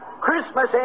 Christmas